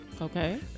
Okay